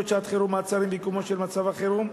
שעת-חירום (מעצרים) בקיומו של מצב החירום,